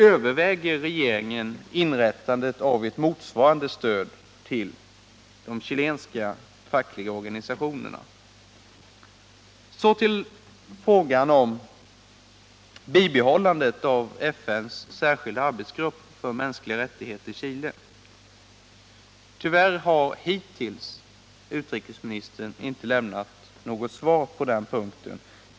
Överväger regeringen att införa ett motsvarande stöd till chilenska fackliga organisationer? Så till frågan om ett bibehållande av FN:s särskilda arbetsgrupp för mänskliga rättigheter i Chile. Tyvärr har utrikesministern hittills inte lämnat något svar på den punkten.